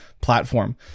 platform